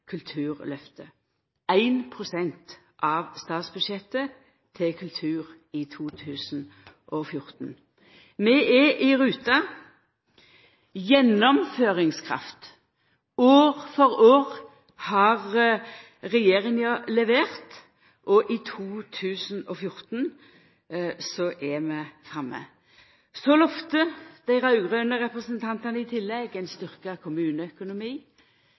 Kulturløftet – éin prosent av statsbudsjettet til kultur i 2014. Vi er i rute, vi har gjennomføringskraft: År for år har regjeringa levert, og i 2014 er vi framme. Så lovde dei raud-grøne representantane i tillegg ein styrkt kommuneøkonomi.